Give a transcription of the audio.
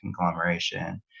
conglomeration